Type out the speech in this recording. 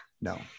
No